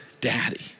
Daddy